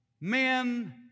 men